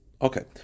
Okay